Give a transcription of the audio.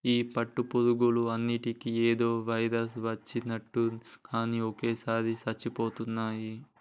ఈ పట్టు పురుగులు అన్నిటికీ ఏదో వైరస్ వచ్చినట్టుంది అన్ని ఒకేసారిగా చచ్చిపోతున్నాయి